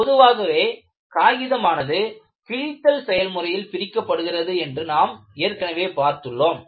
பொதுவாகவே காகிதமானது கிழித்தல் செயல்முறையில் பிரிக்கப்படுகிறது என்று நாம் ஏற்கனவே பார்த்துள்ளோம்